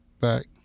back